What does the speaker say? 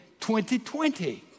2020